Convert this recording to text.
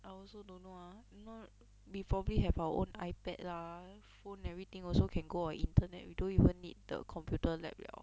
I also don't ah you know we probably have our own ipad lah phone everything also can go on internet you don't even need the computer lab liao